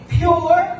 pure